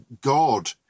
God